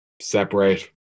separate